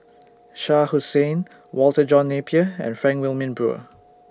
Shah Hussain Walter John Napier and Frank Wilmin Brewer